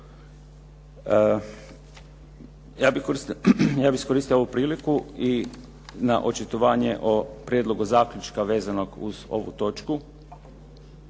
Ja bih iskoristio ovu priliku i na očitovanje o prijedlogu zaključka vezanog uz ovu točku,